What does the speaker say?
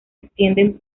extienden